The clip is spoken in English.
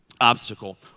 obstacle